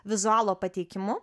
vizualo pateikimu